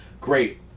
great